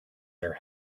their